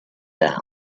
down